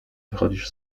wychodzisz